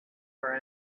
our